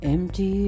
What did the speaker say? Empty